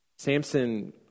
Samson